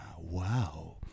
wow